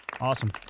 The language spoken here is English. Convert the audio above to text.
awesome